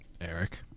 Eric